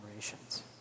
generations